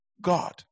God